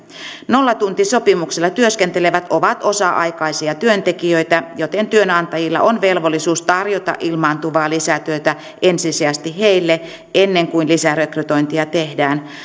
nollatuntisopimuksella työskentelevät ovat osa aikaisia työntekijöitä joten työnantajilla on velvollisuus tarjota ilmaantuvaa lisätyötä ensisijaisesti heille ennen kuin lisärekrytointeja tehdään